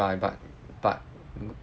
b~ but but